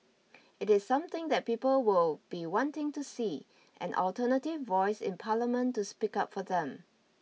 it is something that people will be wanting to see an alternative voice in Parliament to speak up for them